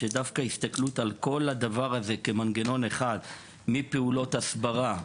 שדווקא הסתכלות על כל הדבר הזה כמנגנון אחד מפעילות הסברה,